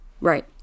Right